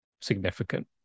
significant